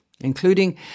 including